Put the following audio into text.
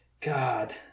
God